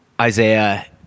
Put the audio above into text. Isaiah